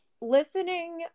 listening